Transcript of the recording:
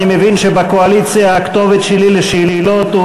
אני מבין שבקואליציה הכתובת שלי לשאלות היא